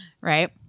right